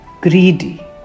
Greedy